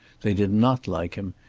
they did not like him,